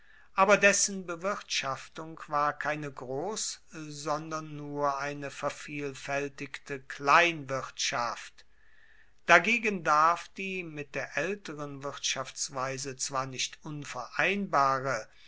aber dessen bewirtschaftung war keine gross sondern nur eine vervielfaeltigte kleinwirtschaft dagegen darf die mit der aelteren wirtschaftsweise zwar nicht unvereinbare